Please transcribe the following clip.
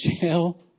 jail